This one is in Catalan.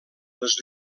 els